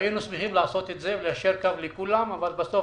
היינו שמחים לעשות את זה, ליישר קו לכולן אבל בסוף